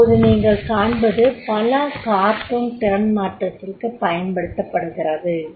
இப்போது இங்கு நீங்கள் காண்பது போல கார்ட்டூன் திறன்மாற்றத்திற்கு பயன்படுத்தப்படுகிறது